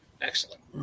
Excellent